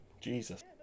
Jesus